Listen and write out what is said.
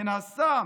מנסה.